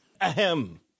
Ahem